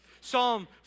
Psalm